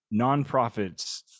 nonprofits